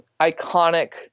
iconic